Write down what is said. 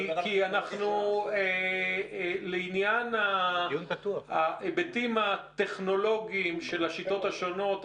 אנחנו לעניין ההיבטים הטכנולוגיים של השיטות השונות,